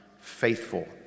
faithful